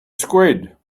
squid